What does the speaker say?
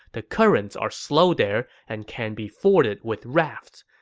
the currents are slow there and can be forded with rafts.